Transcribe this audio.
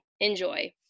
Enjoy